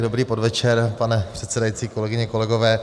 Dobrý podvečer, pane předsedající, kolegyně, kolegové.